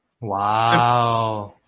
Wow